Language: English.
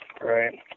Right